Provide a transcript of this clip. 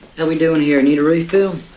and we doing here? need a refill?